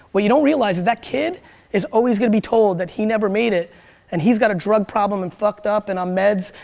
what you don't realize is, that kid is always gonna be told that he never made it and he's got a drug problem, and fucked up and on meds,